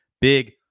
Big